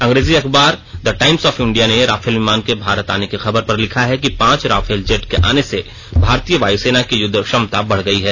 अंग्रेजी अखबार the Times of India ने राफेल विमान के भारत आने की खबर पर लिखा है कि पांच राफेल जेट के आने से भारतीय वायुसेना की युद्ध क्षमता बढ़ गई है